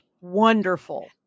wonderful